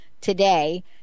today